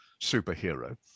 superhero